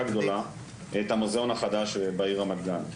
גדולה את המוזיאון החדש בעיר רמת גן,